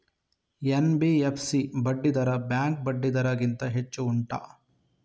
NBFC ಬಡ್ಡಿ ದರ bank ಬಡ್ಡಿ ದರ ಗಿಂತ ಹೆಚ್ಚು ಉಂಟಾ